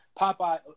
Popeye